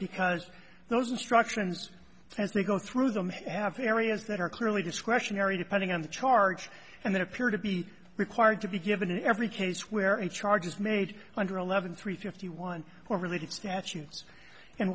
because those instructions as we go through them have areas that are clearly discretionary depending on the charge and they appear to be required to be given in every case where he charges made under eleven three fifty one or related statutes and